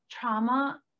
trauma